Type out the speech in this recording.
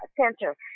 center